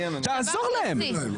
תעזור להם.